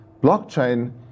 blockchain